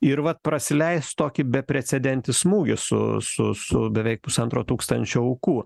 ir vat prasileis tokį beprecedentį smūgį su su su beveik pusantro tūkstančio aukų